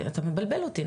אתה מבלבל אותי,